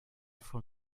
from